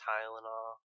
Tylenol